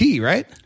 right